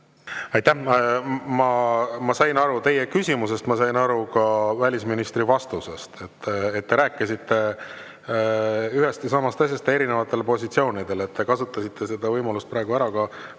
Aitäh! Ma sain aru teie küsimusest, ma sain aru ka välisministri vastusest. Te rääkisite ühest ja samast asjast erinevatel positsioonidel. Te kasutasite seda võimalust praegu ka